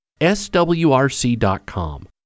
SWRC.com